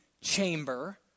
chamber